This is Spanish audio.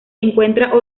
encuentra